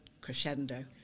crescendo